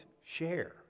share